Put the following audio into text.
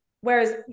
whereas